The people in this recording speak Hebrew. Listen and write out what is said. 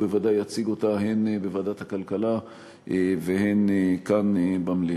הוא בוודאי יציג אותה הן בוועדת הכלכלה והן כאן במליאה.